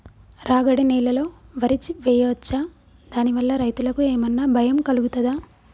రాగడి నేలలో వరి వేయచ్చా దాని వల్ల రైతులకు ఏమన్నా భయం కలుగుతదా?